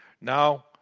Now